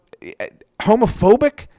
homophobic